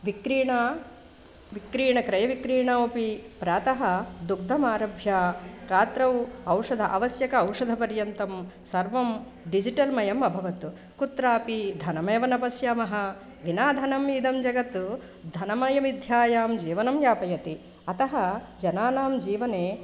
विक्रयणं विक्रयणं क्रयविक्रयणावपि प्रातः दुग्धमारभ्य रात्रौ औषध आवश्यक औषध पर्यन्तं सर्वं डिजिटल्मयम् अभवत् कुत्रपि धनमेव न पश्यामः विना धनम् इदं जगत् धनमयमिथ्यायां जीवनं यापयति अतः जनानां जीवने